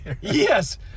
Yes